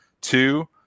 Two